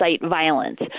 violence